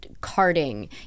carting